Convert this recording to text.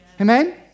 Amen